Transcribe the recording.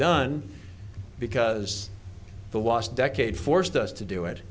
done because the last decade forced us to do it